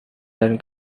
dan